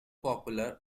popular